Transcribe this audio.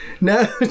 no